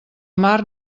mar